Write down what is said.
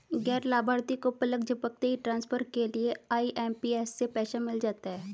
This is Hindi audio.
गैर लाभार्थी को पलक झपकते ही ट्रांसफर के लिए आई.एम.पी.एस से पैसा मिल जाता है